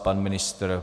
Pan ministr?